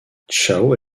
chao